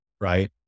right